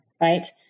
right